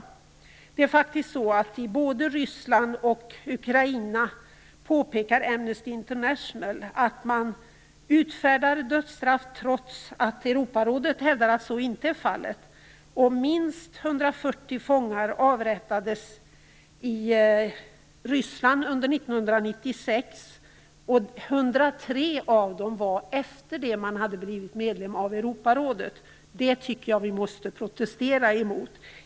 Amnesty International påpekar att man både i Ryssland och i Ukraina utdömer dödsstraff trots att Europarådet hävdar att så inte är fallet. Minst 140 Europarådet. Det tycker jag vi måste protestera mot.